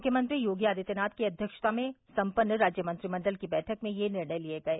मुख्यमंत्री योगी आदित्यनाथ की अध्यक्षता में सम्पन्न राज्य मंत्रिमंडल की बैठक में यह निर्णय लिये गये